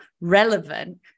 relevant